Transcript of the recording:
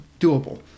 doable